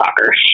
soccer